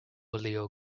leon